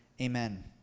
amen